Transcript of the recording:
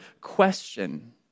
question